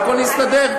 והכול יסתדר.